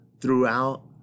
throughout